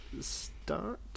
start